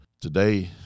Today